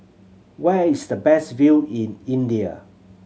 where is the best view in India